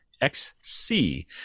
XC